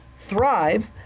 thrive